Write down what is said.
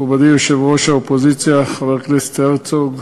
מכובדי יושב-ראש האופוזיציה, חבר הכנסת הרצוג,